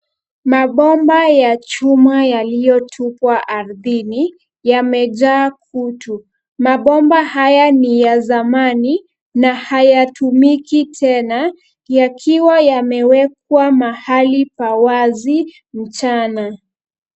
Mabomba ya chuma yaliotupwa ardhini, yamejaa kutu. Mabomba haya ni ya zamani, na hayatumiki tena, yakiwa yamewekwa mahali pa wazi mchana.